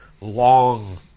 long